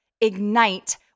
Ignite